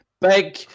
big